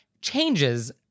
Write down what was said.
changes